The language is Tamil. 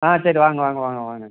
ஆ சரி வாங்க வாங்க வாங்க வாங்க